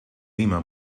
lima